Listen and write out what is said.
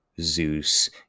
Zeus